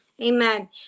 amen